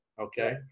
okay